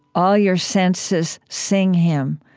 all your senses sing him,